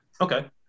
Okay